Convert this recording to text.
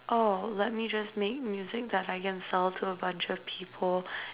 oh let me just make music that I can sell to a bunch of people